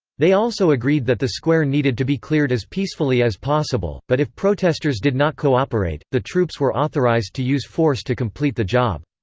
they also agreed that the square needed to be cleared as peacefully as possible, but if protesters did not cooperate, the troops were authorized to use force to complete the job.